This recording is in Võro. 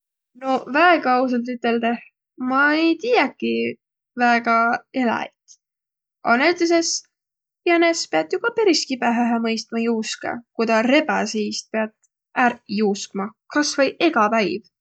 No väega ausahe üteldäq ma ei tiiäki väega eläjit. A näütüses jänes piät jo ka peris kibõhõhe mõistma juuskõq, ku tä rebäse iist piät ärq juuskma kasvai egä päiv.